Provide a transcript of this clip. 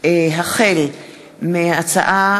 החל בהצעה